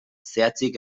zehatzik